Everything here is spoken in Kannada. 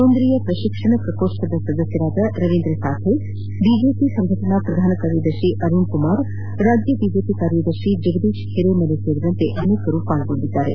ಕೇಂದ್ರೀಯ ಪ್ರಶಿಕ್ಷಣ ಪ್ರಕೋಷ್ಠದ ಸದಸ್ಟರಾದ ರವೀಂದ್ರ ಸಾಕೆ ಬಿಜೆಪಿ ಸಂಘಟನಾ ಪ್ರಧಾನ ಕಾರ್ಯದರ್ತಿ ಅರುಣ್ ಕುಮಾರ್ ರಾಜ್ಣ ಬಿಜೆಪಿ ಕಾರ್ಯದರ್ಶಿ ಜಗದೀಶ್ ಹಿರೇಮನೆ ಸೇರಿದಂತೆ ಅನೇಕರು ಪಾಲ್ಗೊಂಡಿದ್ದಾರೆ